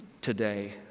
today